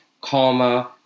karma